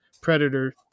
Predator